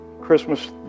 Christmas